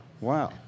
Wow